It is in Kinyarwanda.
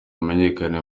hamenyekane